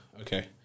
okay